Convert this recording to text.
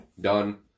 done